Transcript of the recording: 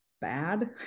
bad